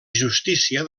justícia